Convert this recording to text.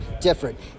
different